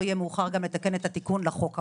יהיה מאוחר לתקן את התיקון לחוק ההוא.